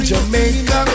Jamaica